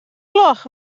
gloch